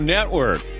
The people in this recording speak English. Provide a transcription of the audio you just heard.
Network